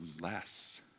less